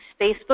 Facebook